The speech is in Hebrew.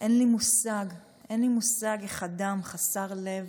אין לי מושג, אין לי מושג איך אדם חסר לב,